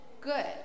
Good